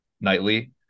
nightly